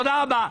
תודה רבה.